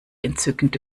entzückende